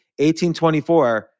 1824